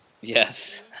Yes